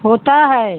होता है